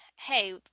hey